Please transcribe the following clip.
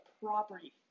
property